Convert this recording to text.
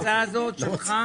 אני קיבלתי את ההצעה הזאת שלך.